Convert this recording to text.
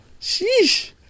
Sheesh